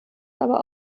aber